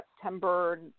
September